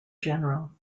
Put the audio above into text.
general